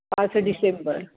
पाच डिसेंबर